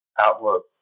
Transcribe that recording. outlook